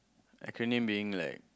acronym being like